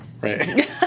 Right